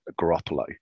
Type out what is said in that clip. Garoppolo